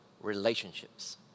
Relationships